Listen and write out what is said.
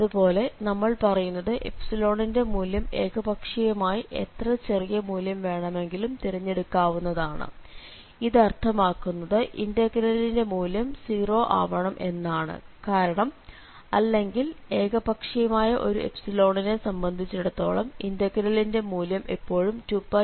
അതുപോലെ നമ്മൾ പറയുന്നത് ന്റെ മൂല്യം ഏകപക്ഷീയമായി എത്ര ചെറിയ മൂല്യം വേണമെങ്കിലും തിരഞ്ഞെടുക്കാവുന്നതാണ് ഇത് അർത്ഥമാക്കുന്നത് ഇന്റഗ്രലിന്റെ മൂല്യം 0 ആവണം എന്നാണ് കാരണം അല്ലെങ്കിൽ ഏകപക്ഷീയമായ ഒരു നെ സംബന്ധിച്ചിടത്തോളം ഇന്റഗ്രലിന്റെ മൂല്യം എപ്പോഴും 2πϵ